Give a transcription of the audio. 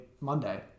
Monday